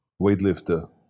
weightlifter